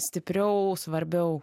stipriau svarbiau